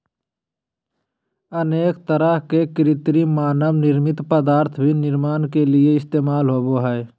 अनेक तरह के कृत्रिम मानव निर्मित पदार्थ भी निर्माण के लिये इस्तेमाल होबो हइ